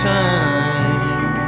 time